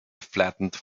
flattened